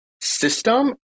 system